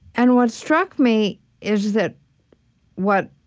and what struck me is that what